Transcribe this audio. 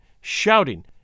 shouting